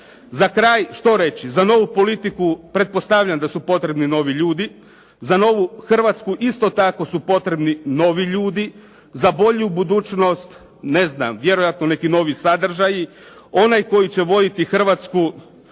Za kraj što reći. Za novu politiku pretpostavljam da su potrebni novi ljudi. Za novu Hrvatsku isto tako su potrebni novi ljudi. Za bolju budućnost ne znam vjerojatno neki novi sadržaji. Onaj koji će voditi Hrvatsku